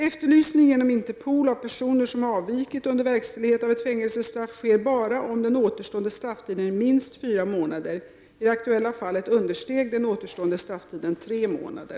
Efterlysning genom Interpol av personer som har avvikit under verkställigheten av ett fängelsestraff sker bara om den återstående strafftiden är minst fyra månader. I det aktuella fallet understeg den återstående strafftiden tre månader.